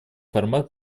формат